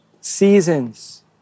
seasons